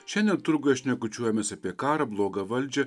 šiandien turguje šnekučiuojamės apie karą blogą valdžią